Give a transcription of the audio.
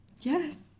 Yes